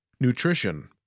Nutrition